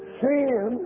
sin